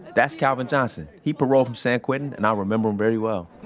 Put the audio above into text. that's calvin johnson. he paroled from san quentin, and i remember him very well